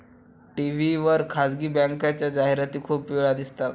TV वर खासगी बँकेच्या जाहिराती खूप वेळा दिसतात